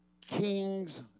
king's